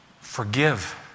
Forgive